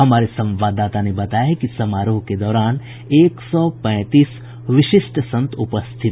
हमारे संवाददाता ने बताया है कि समारोह के दौरान एक सौ पैंतीस विशिष्ट संत उपस्थित हैं